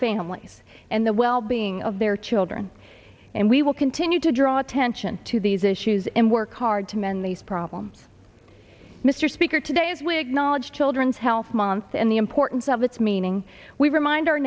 families and the wellbeing of their children and we will continue to draw attention to these issues and work hard to mend these problems mr speaker today as we acknowledge children's health month and the importance of its meaning we remind our